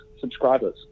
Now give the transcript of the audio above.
subscribers